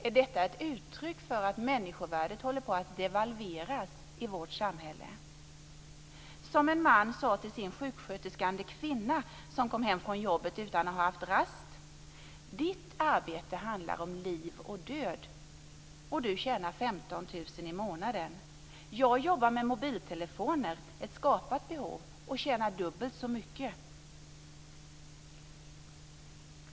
Är detta ett uttryck för att människovärdet håller på att devalveras i vårt samhälle? En man vars kvinna är sjuksköterska sade till henne när hon kom hem från jobbet utan att ha haft rast: Ditt arbete handlar om liv och död, och du tjänar 15 000 kr i månaden. Jag jobbar med mobiltelefoner, ett skapat behov, och tjänar dubbelt så mycket.